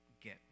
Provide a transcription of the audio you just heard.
get